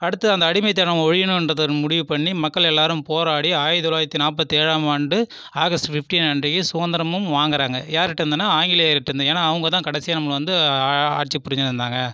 அடுத்து அந்த அடிமைத்தனம் ஒழியுனுன்றத முடிவு பண்ணி மக்கள் எல்லாரும் போராடி ஆயிரதொளாயிரத்தி நாற்பத்தி ஏழாம் ஆண்டு ஆகஸ்ட் ஃபிஃப்டீன் அன்றைக்கு சுகந்தரமும் வாங்குகிறாங்க யாருட்டேருந்துனால் ஆங்கிலேயர்ட்கிடேருந்து ஏனால் அவங்கள்தான் கடைசியாக நம்பளை வந்து ஆட்சி புரிஞ்சுன்னுந்தாங்க